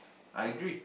I agree